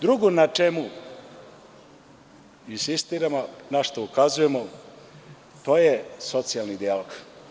Drugo na čemu insistiramo, na šta ukazujemo, to je socijalni dijalog.